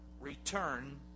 return